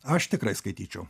aš tikrai skaityčiau